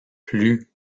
plus